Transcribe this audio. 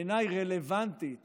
בעיניי רלוונטית